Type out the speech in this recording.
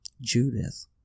Judith